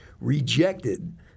rejected